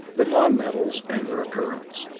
the non-metals, and their occurrence.